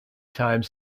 times